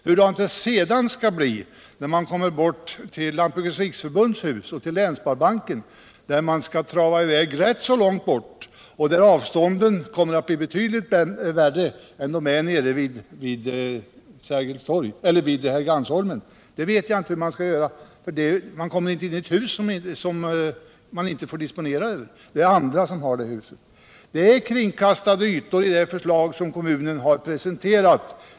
Hur skall det sedan bli när man kommer bort 'till Lantbrukets riksförbunds hus och till Länssparbanken, där man skall trava i väg rätt långt bort och där avstånden kommer att bli betydligt längre än de är vid Helgeandsholmen”? Man kommer nämligen inte in i ett hus som man inte får disponera över. Det är andra hyresgäster som har det huset. Det är kringkastade ytor i det förslag som kommunen har presenterat.